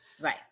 Right